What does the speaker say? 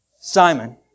Simon